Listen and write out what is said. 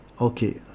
Okay